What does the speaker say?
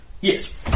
Yes